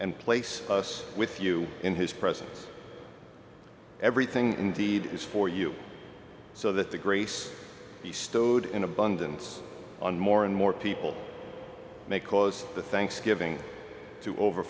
and place us with you in his presence everything indeed is for you so that the grace be stowed in abundance on more and more people may cause the thanksgiving to over